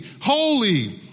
holy